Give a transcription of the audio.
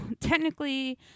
technically